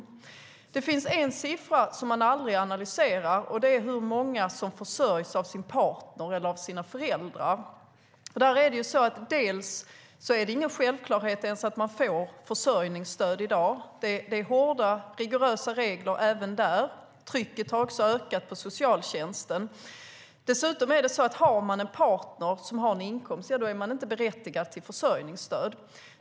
Det finns en siffra som man aldrig analyserar, nämligen hur många som försörjs av sin partner eller av sina föräldrar. Det är ingen självklarhet att man får försörjningsstöd i dag. Det är hårda, rigorösa regler även där. Trycket har också ökat på socialtjänsten. Dessutom är man inte berättigad till försörjningsstöd om man har en partner som har en inkomst.